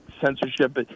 censorship